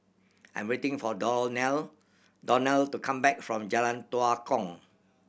I'm waiting for Donell Donell to come back from Jalan Tua Kong